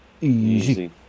easy